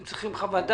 שאתם צריכים חוות דעת.